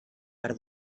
per